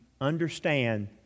understand